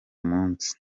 munsi